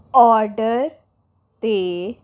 order 'ਤੇ